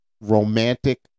romantic